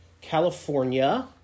California